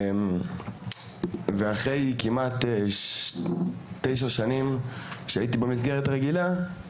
ואחרי כמעט תשע שנים שהייתי במסגרת הרגילה,